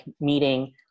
meeting